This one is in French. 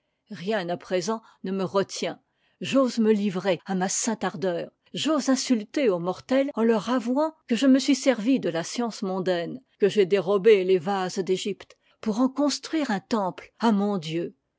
rien à présent ne me re tient j'ose me livrer à ma sainte ardeur j'ose insulter aux morte s en leur avouant que je me suis servi de là science mondaine que j'ai dérobé les vases d'egypte pour en construire un tempie à mon dieu